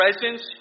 presence